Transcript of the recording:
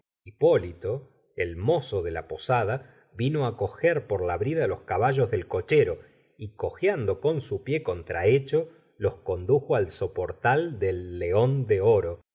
hipólito el mozo de la posada vino a coger por la brida los caballos del cochero y cojeando con su pie contrahecho los condujo al soportal del león de oro